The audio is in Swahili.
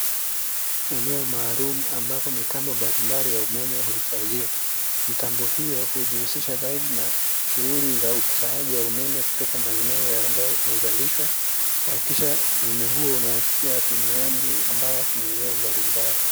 Eneo maalumu ambapo mitambo mbalimbali ya umeme huhifadhiwa. Mitambo hio hujihusisha dhahiri na shughuli za ukusanyaji wa umeme kutoka maeneo ambayo huzalishwa, kuhakikisha umeme huo unawafikia watumiaji ambao wako maeneo mbalimbali.